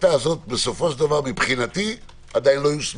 ההחלטה הזו מבחינתי, טרם יושמה.